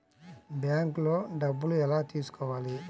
బ్యాంక్లో డబ్బులు ఎలా తీసుకోవాలి?